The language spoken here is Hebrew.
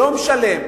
יום שלם,